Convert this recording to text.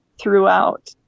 throughout